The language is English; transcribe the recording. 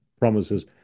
promises